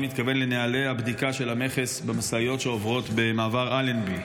אני מתכוון לנוהלי הבדיקה של המכס במשאיות שעוברות במעבר אלנבי.